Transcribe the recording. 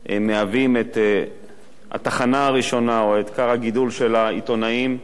אלה התחנה הראשונה או את כר הגידול של העיתונאים,